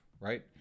right